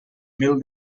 mil